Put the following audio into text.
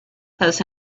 those